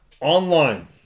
online